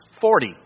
Forty